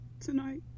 Tonight